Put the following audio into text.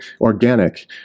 organic